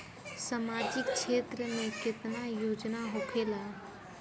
सामाजिक क्षेत्र में केतना योजना होखेला?